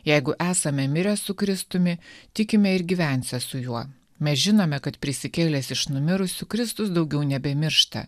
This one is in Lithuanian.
jeigu esame mirę su kristumi tikime ir gyvensią su juo mes žinome kad prisikėlęs iš numirusių kristus daugiau nebemiršta